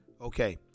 Okay